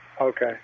Okay